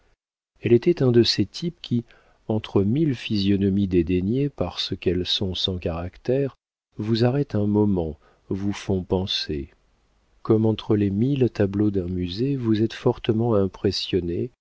elle était un de ces types qui entre mille physionomies dédaignées parce qu'elles sont sans caractère vous arrêtent un moment vous font penser comme entre les mille tableaux d'un musée vous êtes fortement impressionné